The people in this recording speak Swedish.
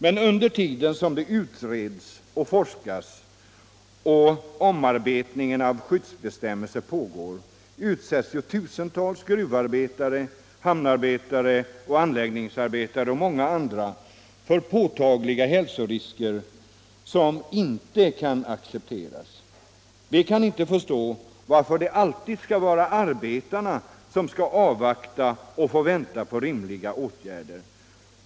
Men under tiden som det utreds och forskas och omarbetning av skyddsbestämmelser pågår utsätts ju tusentals gruvarbetare, hamnarbetare, anläggningsarbetare och många andra för påtagliga hälsorisker som inte kan accepteras. Vi kan inte förstå varför alltid arbetarna skall avvakta och få vänta på rimliga åtgärder.